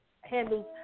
handles